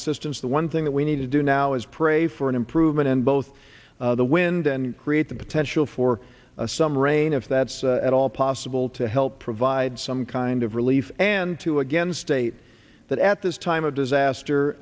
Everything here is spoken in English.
assistance the one thing that we need to do now is pray for an improvement in both the wind and create the potential for some rain if that's at all possible to help provide some kind of relief and to again state that at this time of